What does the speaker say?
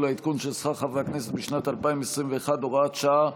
העדכון של שכר חברי הכנסת בשנת 2021 (הוראת שעה),